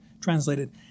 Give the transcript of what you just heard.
translated